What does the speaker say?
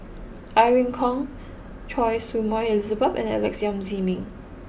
Irene Khong Choy Su Moi Elizabeth and Alex Yam Ziming